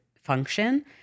function